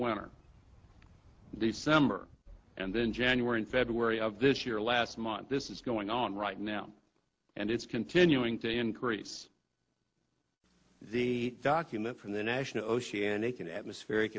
or the summer and then january and february of this year last month this is going on right now and it's continuing to increase the document from the national oceanic and atmospheric